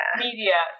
media